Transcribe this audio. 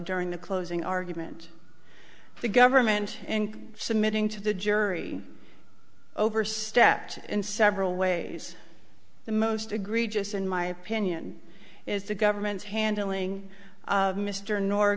during the closing argument the government and submitting to the jury overstepped in several ways the most egregious in my opinion is the government's handling mr nor